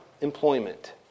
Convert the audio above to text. employment